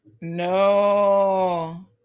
No